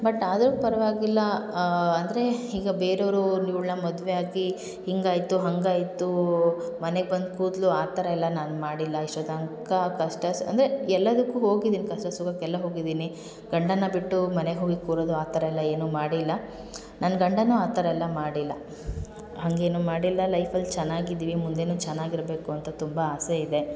but ಆದರೂ ಪರವಾಗಿಲ್ಲ ಅಂದರೆ ಈಗ ಬೇರೆಯವರು ಇವ್ಳನ್ನ ಮದುವೆ ಆಗಿ ಹೀಗಾಯ್ತು ಹಾಗಾಯ್ತು ಮನೆಗೆ ಬಂದು ಕೂತ್ಳು ಆ ಥರ ಎಲ್ಲ ನಾನು ಮಾಡಿಲ್ಲ ಇಷ್ಟೊತ್ತನಕ ಕಷ್ಟ ಸ ಅಂದರೆ ಎಲ್ಲದಕ್ಕೂ ಹೋಗಿದೀನಿ ಕಷ್ಟ ಸುಖಕ್ಕೆ ಎಲ್ಲ ಹೋಗಿದ್ದೀನಿ ಗಂಡನ್ನ ಬಿಟ್ಟು ಮನೆಗೆ ಹೋಗಿ ಕೂರೋದು ಆ ಥರ ಎಲ್ಲ ಏನೂ ಮಾಡಿಲ್ಲ ನನ್ನ ಗಂಡನೂ ಆ ಥರ ಎಲ್ಲ ಮಾಡಿಲ್ಲ ಹಾಗೇನೂ ಮಾಡಿಲ್ಲ ಲೈಫಲ್ಲಿ ಚೆನ್ನಾಗಿದೀವಿ ಮುಂದೆಯೂ ಚೆನ್ನಾಗಿರ್ಬೇಕು ಅಂತ ತುಂಬ ಆಸೆ ಇದೆ